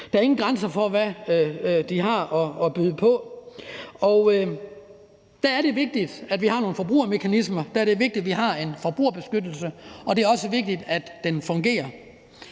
der er ingen grænser for, hvad de har at byde på. Og der er det vigtigt, at vi har nogle forbrugermekanismer, der er det vigtigt, at vi har en forbrugerbeskyttelse, og det er også vigtigt, at den fungerer.